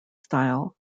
style